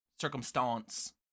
Circumstance